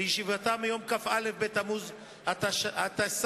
בישיבתה ביום כ"א בתמוז התשס"ט,